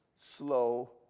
slow